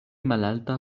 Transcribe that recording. malalta